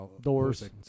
Doors